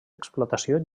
explotació